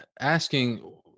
asking